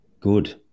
Good